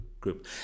group